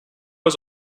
was